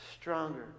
stronger